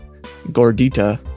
gordita